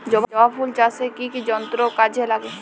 জবা ফুল চাষে কি কি যন্ত্র কাজে লাগে?